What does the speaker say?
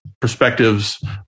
perspectives